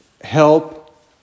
help